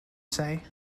say